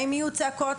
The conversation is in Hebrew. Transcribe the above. האם יהיו צעקות,